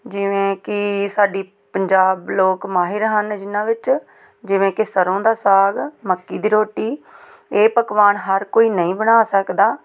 ਜਿਵੇਂ ਕਿ ਸਾਡੇ ਪੰਜਾਬ ਲੋਕ ਮਾਹਿਰ ਹਨ ਜਿਨ੍ਹਾਂ ਵਿੱਚ ਜਿਵੇਂ ਕਿ ਸਰ੍ਹੋਂ ਦਾ ਸਾਗ ਮੱਕੀ ਦੀ ਰੋਟੀ ਇਹ ਪਕਵਾਨ ਹਰ ਕੋਈ ਨਹੀਂ ਬਣਾ ਸਕਦਾ